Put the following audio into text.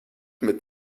mit